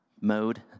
mode